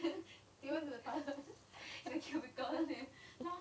then you want to have a cubicle then there now